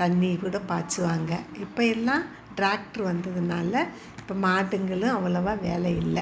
தண்ணிக்கூட பாய்ச்சுவாங்க இப்போயெல்லாம் டிராக்ட்ரு வந்ததுனால இப்போ மாடுங்களும் அவ்வளோவா வேலை இல்லை